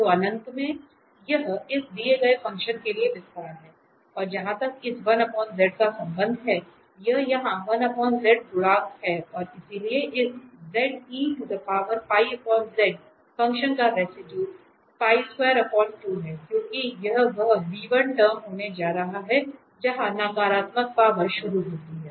तो अंत में यह इस दिए गए फंक्शन के लिए विस्तार है और जहां तक इस का संबंध है यह यहां गुणांक है और इसलिए इस फ़ंक्शन का रेसिडुए है क्योंकि यह वह टर्म होने जा रहा है जहां नकारात्मक पावर शुरू होती है